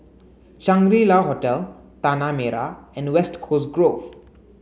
Shangri La Hotel Tanah Merah and West Coast Grove